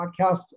Podcast